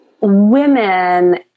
women